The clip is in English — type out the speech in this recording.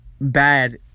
bad